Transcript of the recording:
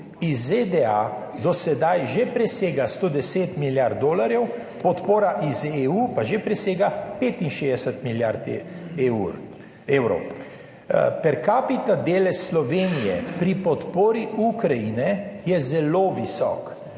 iz ZDA do sedaj že presega 110 milijard dolarjev, podpora iz EU pa že presega 65 milijard evrov. Per kapita delež Slovenije pri podpori Ukrajine je zelo visok.